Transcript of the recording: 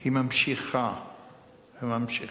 היא ממשיכה וממשיכה.